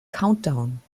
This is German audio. countdown